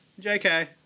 JK